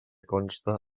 conste